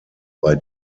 bei